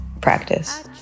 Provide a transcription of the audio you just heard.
practice